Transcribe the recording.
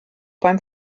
beim